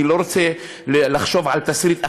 אני לא רוצה לחשוב על תסריט אחר,